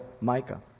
Micah